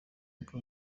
uko